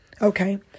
okay